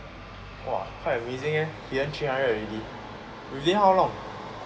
!wah! quite amazing leh he earn three hundred already within how long